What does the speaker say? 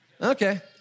Okay